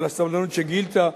על הסבלנות שגילית.